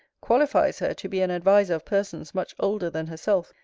qualifies her to be an advisor of persons much older than herself,